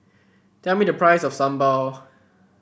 tell me the price of sambal